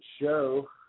show